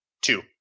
Two